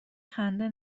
خنده